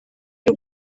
y’u